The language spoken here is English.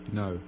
no